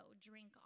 drink